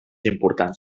importants